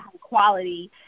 quality